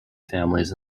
families